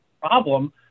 problem